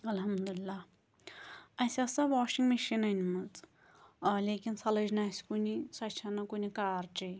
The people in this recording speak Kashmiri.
الحمد للہ اسہِ ٲس سۄ واشِنٛگ مِشیٖن أنۍ مٕژ ٲں لیکن سۄ لٔج نہٕ اسہِ کُنی سۄ چھَنہٕ کُنہِ کارچی